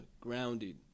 Grounded